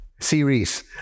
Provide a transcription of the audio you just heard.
series